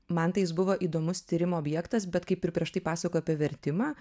man tai jis buvo įdomus tyrimo objektas bet kaip ir prieš tai pasakojau apie vertimą